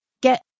get